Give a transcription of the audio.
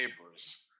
neighbors